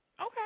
Okay